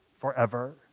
forever